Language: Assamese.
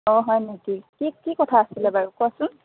অ হয় নেকি কি কি কথা আছিলে বাৰু কোৱাচোন